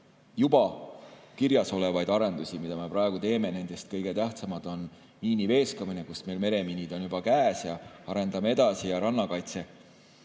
juba kirjas olevaid arendusi, mida me praegu teeme. Nendest kõige tähtsamad on miiniveeskamine, kus meil meremiinid on juba käes ja arendame edasi, ja rannakaitse